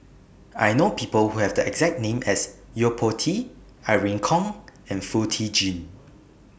I know People Who Have The exact name as Yo Po Tee Irene Khong and Foo Tee Jun